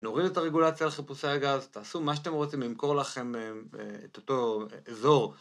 נוריד את הרגולציה לחיפושי הגז, תעשו מה שאתם רוצים, נמכור לכם את אותו אזור.